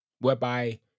whereby